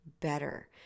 better